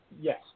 Yes